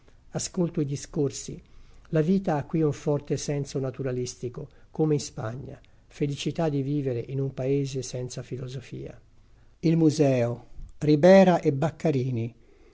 ascolto i discorsi la vita ha qui un forte senso naturalistico come in spagna felicità di vivere in un paese senza filosofia il museo ribera e baccarini